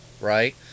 right